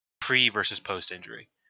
pre-versus-post-injury